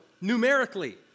numerically